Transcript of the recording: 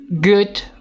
good